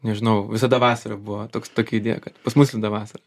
nežinau visada vasara buvo toks tokia idėja kad pas mus visada vasara